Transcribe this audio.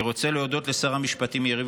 אני רוצה להודות לשר המשפטים יריב